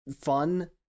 fun